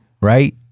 Right